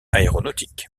aéronautique